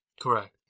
correct